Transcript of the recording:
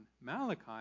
Malachi